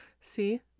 See